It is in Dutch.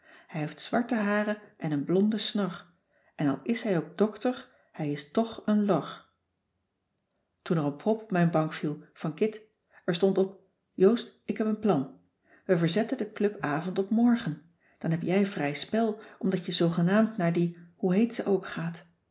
hij heeft zwarte haren en een blonde snor en al is hij ook doctor hij is toch een lor toen er een prop op mijn bank viel van kit er stond op joost ik heb een plan we verzetten den clubavond op morgen dan heb jij vrij spel omdat je zoogenaamd naar die hoe heet ze ook gaat